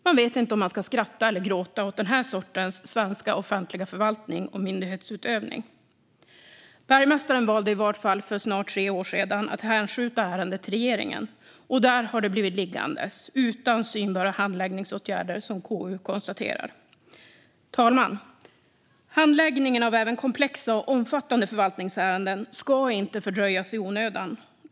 Man vet inte om man ska skratta eller gråta åt den här sortens svenska offentliga förvaltning och myndighetsutövning. Bergmästaren valde i vart fall för snart tre år sedan att hänskjuta ärendet till regeringen. Och där har det blivit liggande - utan synbara handläggningsåtgärder, som KU konstaterar. Fru talman! Handläggningen av även komplexa och omfattande förvaltningsärenden ska inte fördröjas i onödan.